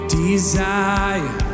desire